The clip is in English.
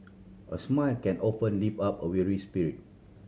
a smile can often lift up a weary spirit